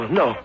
no